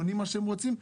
עונים מה שהם רוצים,